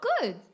good